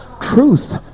truth